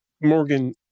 Morgan